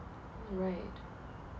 mm right